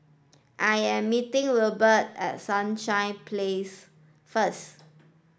I am meeting Wilbert at Sunshine Place first